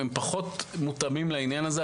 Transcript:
הם פחות מותאמים לעניין הזה,